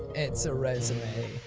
it's a resume.